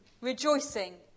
rejoicing